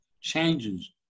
changes